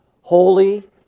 holy